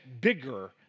bigger